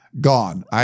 Gone